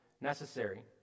necessary